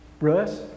Russ